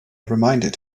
reminded